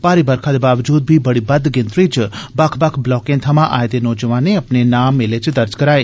भारी बरखा दे बावजूद बी बड़ी बद्द गिनतरी च बक्ख बक्ख ब्लाके थमां आए दे नोजवाने अपना ना मेले च दर्ज कराए